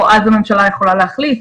או אז הממשלה יכולה להחליט.